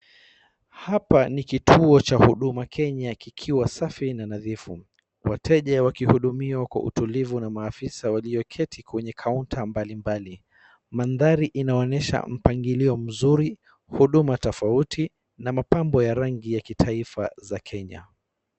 Hapa ni kituo cha Huduma Kenya kikiwa safi na nadhifu. Wateja wakihudumiwa kwa utulivu na maafisa walioketi kwenye kaunta mbalimbali. Mandhari inaonyesha mpangilio mzuri, huduma tofauti na mapambo ya rangi ya kitaifa za Kenya.